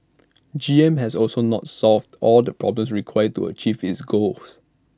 G M has also not solved all the problems required to achieve its goals